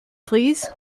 please